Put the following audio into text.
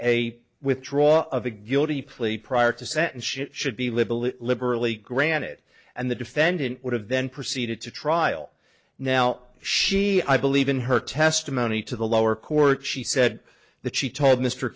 a withdraw of a guilty plea prior to send ships should be little it liberally granted and the defendant would have then proceeded to trial now she i believe in her testimony to the lower court she said that she told mr